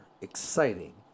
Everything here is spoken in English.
exciting